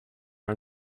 are